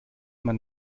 man